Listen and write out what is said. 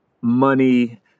money